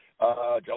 July